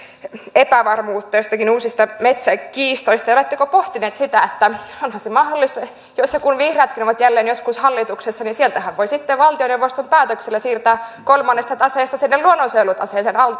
epävarmuutta joistakin uusista metsäkiistoista ja oletteko pohtineet sitä että onhan se mahdollista jos ja kun vihreätkin ovat jälleen joskus hallituksessa että sieltähän voi sitten valtioneuvoston päätöksellä siirtää kolmannesta taseesta sinne luonnonsuojelutaseeseen